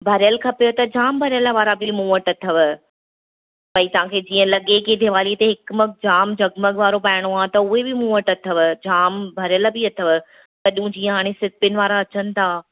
भरियल खपेव त जाम भरियल वारा बि मूं वटि अथव भाई तव्हां खे जीअं लॻे कि दिवालीअ ते हिकु मग जाम जग मग वारो पाइणो आहे त उहे बि मूं वटि अथव जाम भरियल बि अथव अॼु जीअं हाणे हूअ सिप्पिन वारा अचनि था